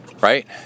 right